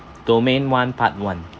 domain one part one